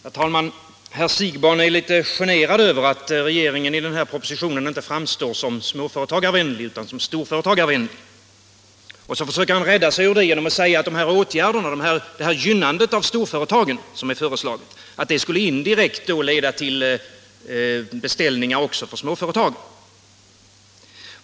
Herr talman! Herr Siegbahn är litet generad över att regeringen i propositionen inte framstår som småföretagarvänlig utan som storföretagarvänlig, och han försöker rädda sig ur förlägenheten genom att säga att det föreslagna gynnandet av storföretagen skulle indirekt leda till beställningar också hos småföretag.